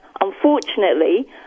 Unfortunately